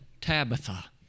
Tabitha